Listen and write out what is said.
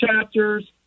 chapters